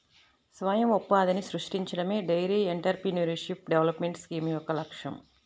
స్వయం ఉపాధిని సృష్టించడమే డెయిరీ ఎంటర్ప్రెన్యూర్షిప్ డెవలప్మెంట్ స్కీమ్ యొక్క లక్ష్యం